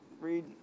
read